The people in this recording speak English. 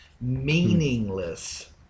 meaningless